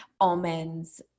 almonds